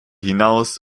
hinaus